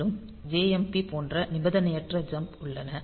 மேலும் JMP போன்ற நிபந்தனையற்ற jump உள்ளன